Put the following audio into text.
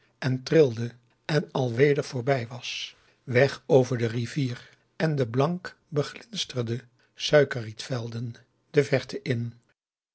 en trilde en al weder voorbij was weg over de rivier en de blank beglinsterde suikerriet velden de verte in